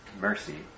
mercy